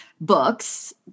books